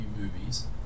movies